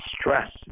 stress